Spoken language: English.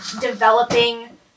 developing